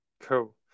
cool